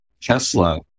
Tesla